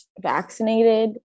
vaccinated